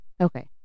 Okay